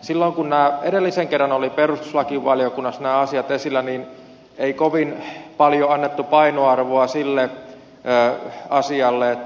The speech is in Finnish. silloin kun nämä asiat edellisen kerran olivat perustuslakivaliokunnassa esillä ei kovin paljon annettu painoarvoa sille asialle